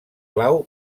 clau